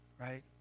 right